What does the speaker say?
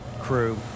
crew